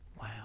Wow